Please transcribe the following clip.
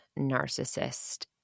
narcissist